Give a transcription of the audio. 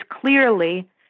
clearly